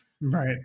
right